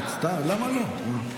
למה לא?